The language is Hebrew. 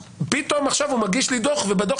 ופתאום עכשיו הוא מגיש לי דו"ח ובו רשום